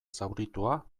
zauritua